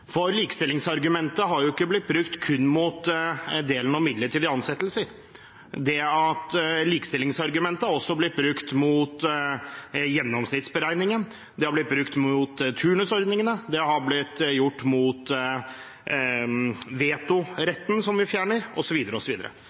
for likestillingsargumentet har jo ikke blitt brukt kun mot delen om midlertidige ansettelser. Likestillingsargumentet har også blitt brukt mot gjennomsnittsberegningen, det har blitt brukt mot turnusordningene, det har blitt brukt mot vetoretten som vi fjerner,